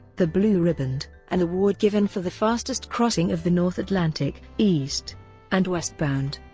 the blue riband, an award given for the fastest crossing of the north atlantic, east and westbound,